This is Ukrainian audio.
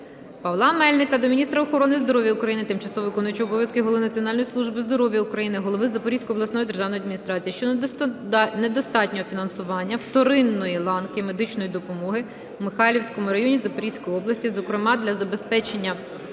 Павла Мельника до міністра охорони здоров'я України, тимчасово виконуючого обов'язки голови Національної служби здоров'я України, голови Запорізької обласної державної адміністрації щодо недостатнього фінансування вторинної ланки медичної допомоги у Михайлівському районі Запорізької області, зокрема для забезпечення